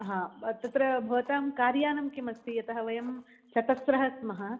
तत्र भवतां कार् यानं किमस्ति यतः वयं चतस्रः स्मः